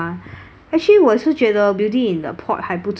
actually 我是觉得 beauty in a pot 还不错 eh